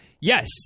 yes